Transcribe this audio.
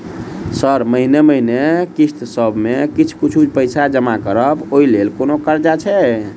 Sir महीने महीने किस्तसभ मे किछ कुछ पैसा जमा करब ओई लेल कोनो कर्जा छैय?